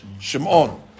Shimon